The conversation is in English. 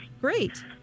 Great